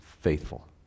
faithful